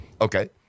okay